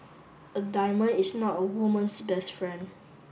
a diamond is not a woman's best friend